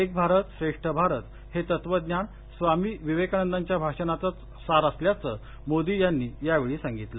एक भारत श्रेष्ठ भारत हे तत्त्वज्ञान स्वामी विवेकानदाच्या भाषणाचंच सार असल्याच मोदी यावेळी म्हणाले